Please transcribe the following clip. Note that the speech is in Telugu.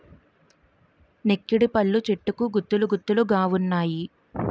నెక్కిడిపళ్ళు చెట్టుకు గుత్తులు గుత్తులు గావున్నాయి